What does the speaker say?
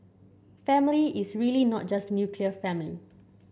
family is really not just nuclear family